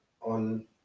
on